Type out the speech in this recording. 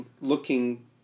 looking